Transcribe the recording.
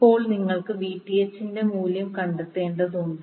ഇപ്പോൾ നിങ്ങൾ Vth ന്റെ മൂല്യം കണ്ടെത്തേണ്ടതുണ്ട്